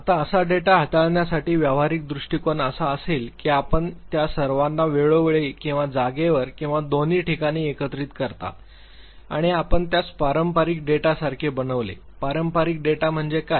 आता असा डेटा हाताळण्यासाठी व्यावहारिक दृष्टिकोन असा असेल की आपण त्या सर्वांना वेळोवेळी किंवा जागेवर किंवा दोन्ही ठिकाणी एकत्रित करता आणि आपण त्यास पारंपारिक डेटासारखे बनविले पारंपारिक डेटा म्हणजे काय